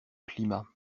climat